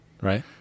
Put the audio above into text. Right